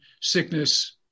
sickness